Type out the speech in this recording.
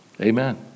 Amen